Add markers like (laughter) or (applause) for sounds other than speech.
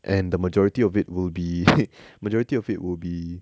and the majority of it will be (noise) majority of it would be